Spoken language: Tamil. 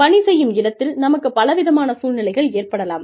பணி செய்யும் இடத்தில் நமக்குப் பல விதமான சூழ்நிலைகள் ஏற்படலாம்